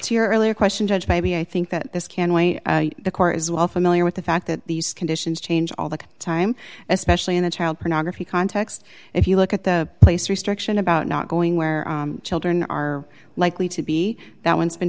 to your earlier question judge maybe i think that this can the court is well familiar with the fact that these conditions change all the time especially in a child pornography context if you look at the place restriction about not going where children are likely to be that once been